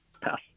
Pass